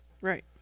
Right